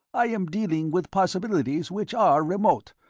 i am dealing with possibilities which are remote,